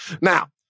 Now